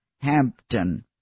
Hampton